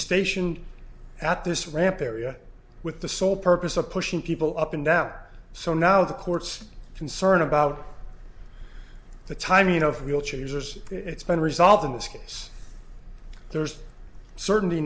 stationed at this ramp area with the sole purpose of pushing people up and down so now the court's concern about the time you know if wheelchair users it's been resolved in this case there's certainly